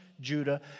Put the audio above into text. Judah